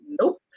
nope